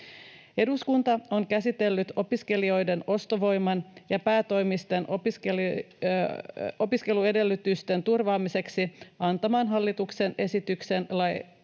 Eduskunta on käsitellyt opiskelijoiden ostovoiman ja päätoimisten opiskeluedellytysten turvaamiseksi hallituksen esityksen laiksi